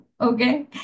Okay